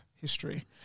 history